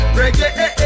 reggae